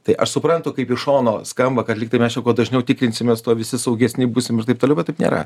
tai aš suprantu kaip iš šono skamba kad lyg tai mes čia kuo dažniau tikrinsimės tuo visi saugesni būsim ir taip toliau bet taip nėra